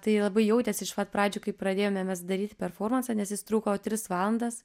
tai labai jautėsi iš pat pradžių kai pradėjome mes daryti performansą nes jis truko tris valandas